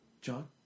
John